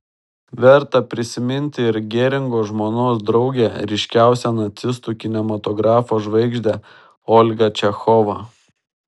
verta prisiminti ir geringo žmonos draugę ryškiausią nacistų kinematografo žvaigždę olgą čechovą